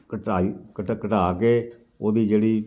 ਘਟਾਈ ਕਟ ਘਟਾ ਕੇ ਉਹਦੀ ਜਿਹੜੀ